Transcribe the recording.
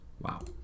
wow